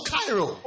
Cairo